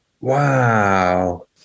Wow